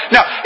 Now